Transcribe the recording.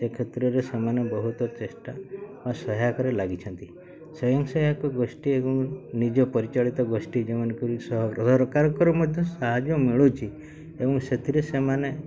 ସେ କ୍ଷେତ୍ରରେ ସେମାନେ ବହୁତ ଚେଷ୍ଟା ଆଉ ସହାୟକରେ ଲାଗିଛନ୍ତି ସ୍ଵୟଂ ସହାୟକ ଗୋଷ୍ଠୀ ଏବଂ ନିଜ ପରିଚାଳିତ ଗୋଷ୍ଠୀ ଯେଉଁମାନଙ୍କୁ ସରକାରଙ୍କର ମଧ୍ୟ ସାହାଯ୍ୟ ମିଳୁଛି ଏବଂ ସେଥିରେ ସେମାନେ